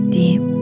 deep